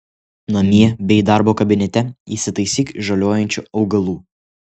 namie bei darbo kabinete įsitaisyk žaliuojančių augalų